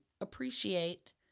appreciate